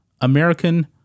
American